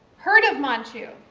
heard of manchu?